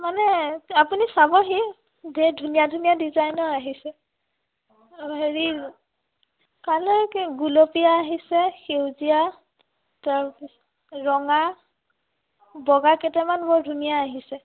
মানে আপুনি চাবহি ধেৰ ধুনীয়া ধুনীয়া ডিজাইনৰ আহিছে অঁ হেৰি কালাৰ কি গুলপীয়া আহিছে সেউজীয়া তাৰপিছ ৰঙা বগা কেইটামান বৰ ধুনীয়া আহিছে